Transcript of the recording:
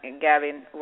Gavin